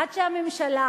עד שהממשלה